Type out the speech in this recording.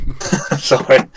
Sorry